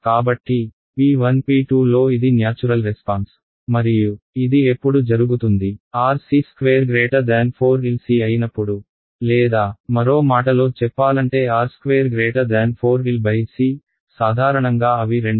కాబట్టి p 1 p2 లో ఇది న్యాచురల్ రెస్పాన్స్ మరియు ఇది ఎప్పుడు జరుగుతుంది RC² 4 LC అయినప్పుడు లేదా మరో మాటలో చెప్పాలంటే R ² 4 LC సాధారణంగా అవి రెండు వివరణలు